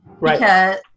Right